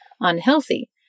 unhealthy